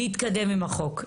להתקדם עם החוק.